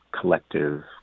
collective